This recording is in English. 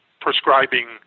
prescribing